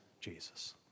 Jesus